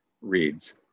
reads